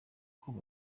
kuba